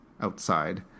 outside